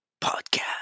podcast